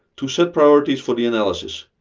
to set priorities for the analysis.